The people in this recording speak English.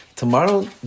Tomorrow